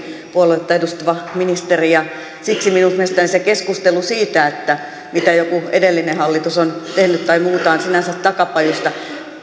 puoluetta edustava ministeri siksi minun mielestäni se keskustelu siitä mitä joku edellinen hallitus on tehnyt tai muuta on sinänsä takapajuista